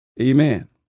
Amen